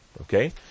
okay